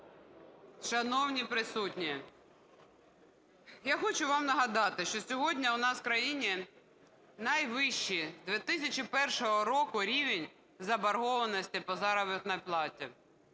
Шановні присутні, я хочу вам нагадати, що сьогодні у нас в країні найвищий з 2001 року рівень заборгованості по заробітній платі.